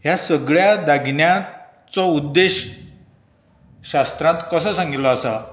ह्या सगळ्यां दागिन्याचो उद्देश शास्त्रांत कसो सांगिल्लो आसा